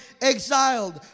exiled